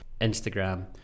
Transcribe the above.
Instagram